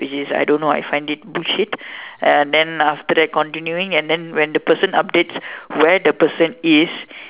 which is I don't know I find it bullshit and then after that continuing and then when person updates where the person is